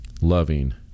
loving